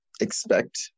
expect